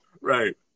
Right